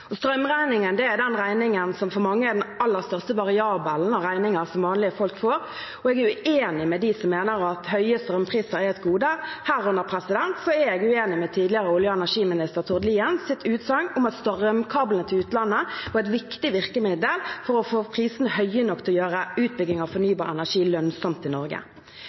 Strømregningen er den regningen som for mange er den aller største variabelen av regninger som vanlige folk får, og jeg er uenig med dem som mener at høye strømpriser er et gode. Herunder er jeg uenig i tidligere olje- og energiminister Tord Liens utsagn om at strømkablene til utlandet var et viktig virkemiddel for å få prisene høye nok til å gjøre utbygging av fornybar energi lønnsomt i Norge.